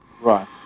Right